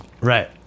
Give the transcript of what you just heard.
Right